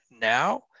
now